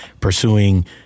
pursuing